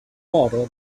water